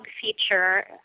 feature